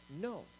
no